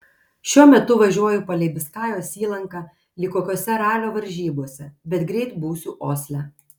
šiuo metu važiuoju palei biskajos įlanką lyg kokiose ralio varžybose bet greit būsiu osle